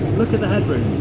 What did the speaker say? look at the headroom,